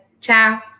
Ciao